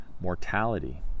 mortality